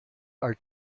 are